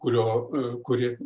kurio kuri